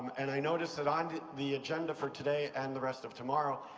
and i notice that on the agenda for today and the rest of tomorrow,